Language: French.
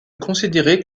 considérés